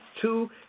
two